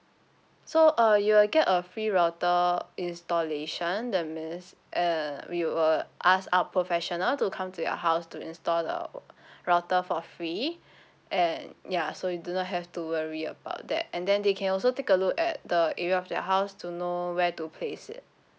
so uh you will get a free router installation that means uh we will ask our professional to come to your house to install the router for free and ya so you do not have to worry about that and then they can also take a look at the area of the house to know where to place it